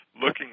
looking